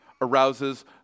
arouses